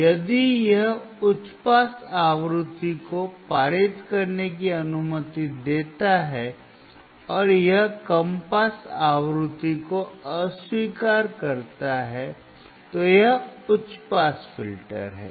यदि यह उच्च पास आवृत्ति को पारित करने की अनुमति देता है और यह कम पास आवृत्ति को अस्वीकार करता है तो यह उच्च पास फिल्टर है